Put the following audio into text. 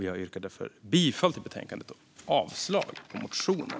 Jag yrkar därför bifall till förslaget i betänkandet och avslag på motionen.